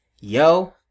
yo